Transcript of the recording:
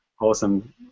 Awesome